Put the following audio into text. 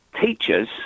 teachers